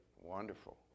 Wonderful